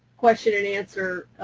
question-and-answer